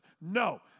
No